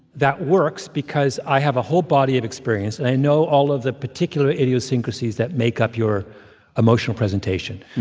that works because i have a whole body of experience and i know all of the particular idiosyncrasies that make up your emotional presentation.